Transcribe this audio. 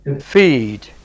Feed